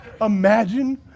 Imagine